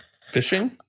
Fishing